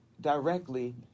directly